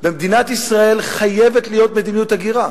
במדינת ישראל חייבת להיות מדיניות הגירה.